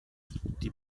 die